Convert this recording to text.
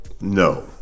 No